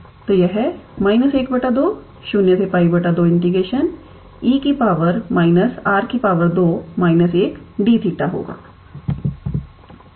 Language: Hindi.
तो यह − 12 0 𝜋 2 𝑒 −𝑅 2 − 1𝑑𝜃 होगा